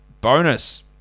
bonus